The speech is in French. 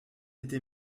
été